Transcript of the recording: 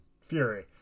Fury